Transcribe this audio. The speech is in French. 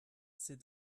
c’est